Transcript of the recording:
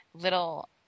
little